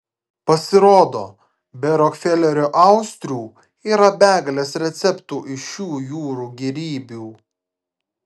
pasirodo be rokfelerio austrių yra begalės receptų iš šių jūrų gėrybių